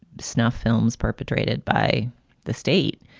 snuff films perpetrated by the state.